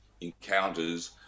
encounters